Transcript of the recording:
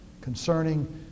concerning